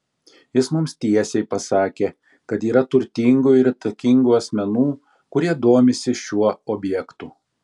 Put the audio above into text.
jis mums tiesiai pasakė kad yra turtingų ir įtakingų asmenų kurie domisi šiuo objektu